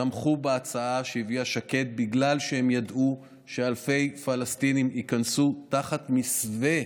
תמכו בהצעה שהביאה שקד בגלל שהם ידעו שאלפי פלסטינים ייכנסו תחת מסווה,